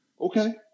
Okay